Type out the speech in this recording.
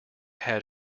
had